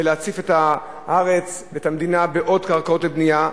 ולהציף את הארץ ואת המדינה בעוד קרקעות לבנייה,